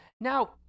Now